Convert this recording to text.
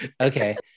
Okay